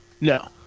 No